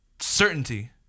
certainty